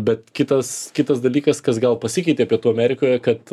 bet kitas kitas dalykas kas gal pasikeitė pietų amerikoje kad